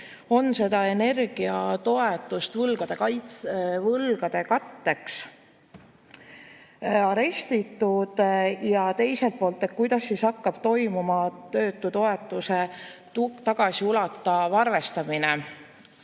on seda energiatoetust võlgade katteks arestitud, ja teiselt poolt, kuidas hakkab toimuma töötutoetuse tagasiulatuv arvestamine